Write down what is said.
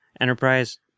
Enterprise